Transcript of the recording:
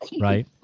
right